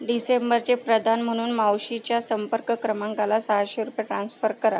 डिसेंबरचे प्रदान म्हणून मावशीच्या संपर्क क्रमांकाला सहाशे रुपये ट्रान्स्फर करा